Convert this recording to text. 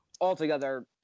Altogether